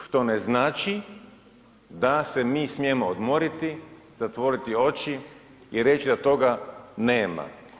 Što ne znači da se mi smijemo odmoriti, zatvoriti oči i reći da toga nema.